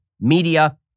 media